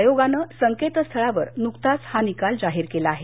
आयोगानं संकेतस्थळावर नुकताच निकाल जाहीर झाला आहे